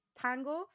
tango